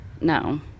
no